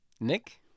Nick